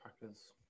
Packers